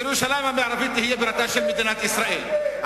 וירושלים המערבית תהיה בירתה של מדינת ישראל,